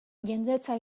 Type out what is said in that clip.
jendetza